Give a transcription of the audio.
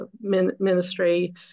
ministry